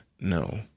No